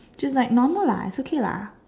just like normal lah it's okay lah